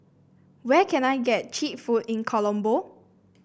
where can I get cheap food in Colombo